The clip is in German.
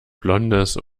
blondes